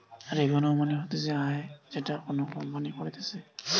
revenue মানে হতিছে আয় যেটা কোনো কোম্পানি করতিছে